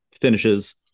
finishes